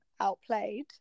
outplayed